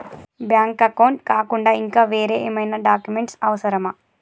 Bank account కాకుండా ఇంకా వేరే ఏమైనా డాక్యుమెంట్స్ అవసరమా?